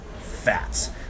fats